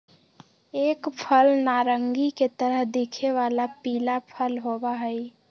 एक फल नारंगी के तरह दिखे वाला पीला फल होबा हई